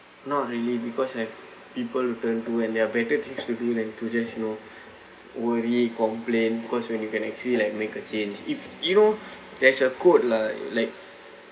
not really because I've people to turn to and there are better things to do than to just you know worry complain cause when you can actually like make a change if you know there is a quote lah like